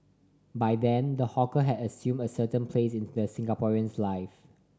by then the hawker had assumed a certain place in the Singaporean's life